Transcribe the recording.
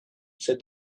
said